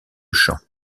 champ